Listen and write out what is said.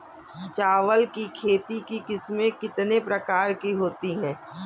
चावल की खेती की किस्में कितने प्रकार की होती हैं?